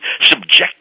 Subject